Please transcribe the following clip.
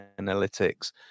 Analytics